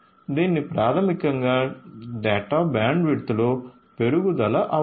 దీనికి ప్రాథమికంగా డేటా బ్యాండ్విడ్త్లో పెరుగుదల అవసరం